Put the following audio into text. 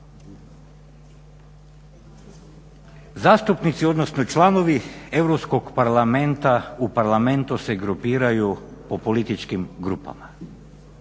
Zastupnici, odnosno članovi Europskog parlamenta u parlamentu se grupiraju po političkim grupama.